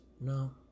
No